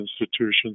institutions